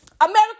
America